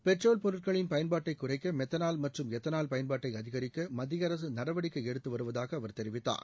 petrol பொருட்களின் பயன்பாட்டை குறைக்க மெத்தனால் மற்றும் எத்தனால் பயன்பாட்டை அதிகரிக்க மத்திய அரசு நடவடிக்கை எடுத்து வருவதாக அவர் தெரிவித்தார்